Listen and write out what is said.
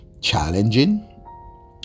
challenging